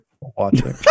watching